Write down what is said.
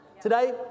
Today